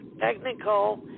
technical